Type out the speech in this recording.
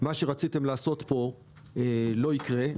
מה שרציתם לעשות פה לא יקרה,